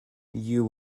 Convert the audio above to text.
you